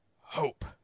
hope